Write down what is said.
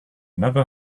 never